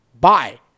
bye